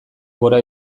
gora